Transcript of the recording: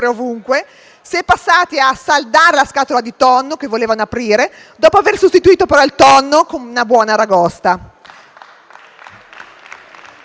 si è passati a saldare la scatola di tonno che volevano aprire dopo aver sostituito però il tonno con una buona aragosta.